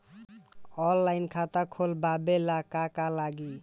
Online खाता खोलबाबे ला का का लागि?